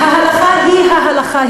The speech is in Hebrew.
ההלכה היא ההלכה,